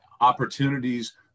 opportunities